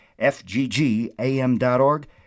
fggam.org